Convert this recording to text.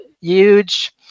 huge